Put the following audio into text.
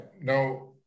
now